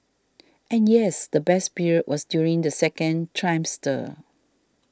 and yes the best period was during the second trimester